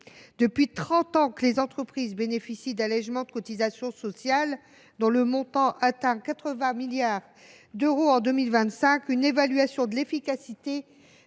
Depuis trente ans que les entreprises bénéficient d’allégements de cotisations sociales, dont le montant atteindra 80 milliards d’euros en 2025, une évaluation de leur efficacité